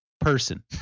person